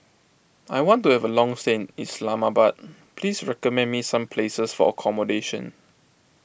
I want to have a long stay in Islamabad please recommend me some places for accommodation